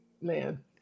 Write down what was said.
man